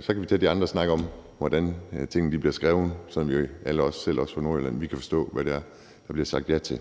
Så kan vi tage de andre snakke om, hvordan tingene bliver skrevet, sådan at vi alle, selv os fra Nordjylland, kan forstå, hvad det er, der bliver sagt ja til.